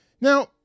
Now